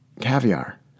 caviar